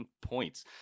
points